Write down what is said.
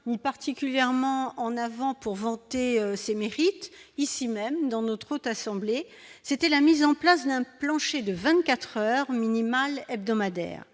points particulièrement en avant pour vanter ses mérites, ici même dans notre haute assemblée, c'était la mise en place d'un plancher de 24 heures minimal hebdomadaire,